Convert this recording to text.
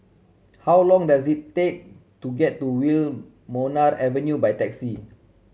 how long does it take to get to Wilmonar Avenue by taxi